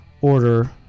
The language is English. order